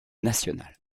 nationale